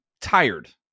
tired